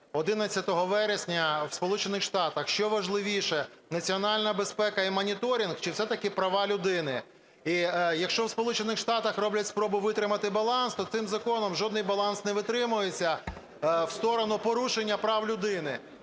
11 вересня в Сполучених Штатах. Що важливіше – національна безпека і моніторинг чи все-таки права людини? І, якщо в Сполучених Штатах роблять спробу витримати баланс, то цим законом жодний баланс не витримується в сторону порушення прав людини.